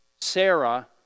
Sarah